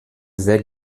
sehr